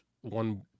one